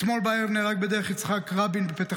אתמול בערב נהרג בדרך יצחק רבין בפתח